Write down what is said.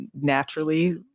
naturally